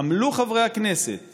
עמלו חברי הכנסת